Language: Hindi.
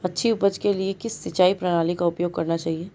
अच्छी उपज के लिए किस सिंचाई प्रणाली का उपयोग करना चाहिए?